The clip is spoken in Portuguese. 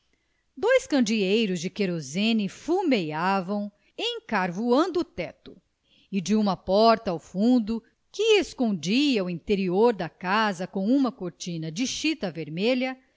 dois candeeiros de querosene lumiavam encarvoando o teto e de uma porta ao fundo que escondia o interior da casa com uma cortina de chita vermelha